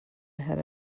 ahead